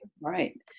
Right